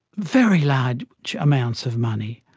very large amounts of money.